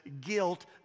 guilt